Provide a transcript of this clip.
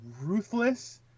ruthless